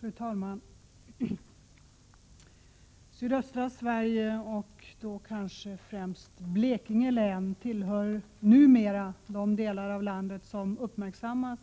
Fru talman! Sydöstra Sverige, inte minst Blekinge län, är numera den del av landet som uppmärksammas